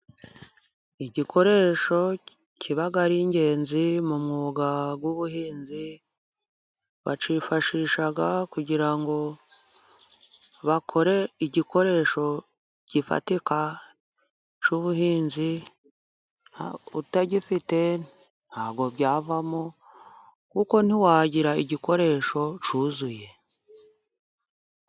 Igikoresho kiba ari ingenzi mu mwuga w'ubuhinzi, bacyifashisha kugira ngo bakore igikoresho gifatika cy'ubuhinzi, utagifite ntabwo byavamo, kuko ntiwagira igikoresho cyuzuye.